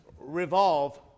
revolve